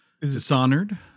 Dishonored